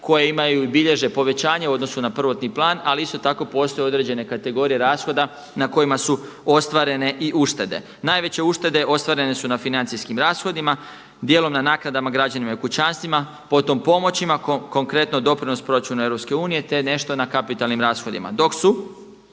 koje imaj i bilježe povećanje u odnosu na prvotni plan ali isto tako postoje određene kategorije rashoda na kojima su ostvarene i uštede. Najveće uštede ostvarene su na financijskim rashodima, dijelom na naknadama građanima i kućanstvima potom pomoćima, konkretno doprinos proračuna EU te nešto na kapitalnim rashodima. Dok su